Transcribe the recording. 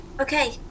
Okay